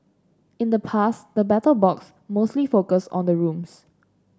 in the past the Battle Box mostly focused on the rooms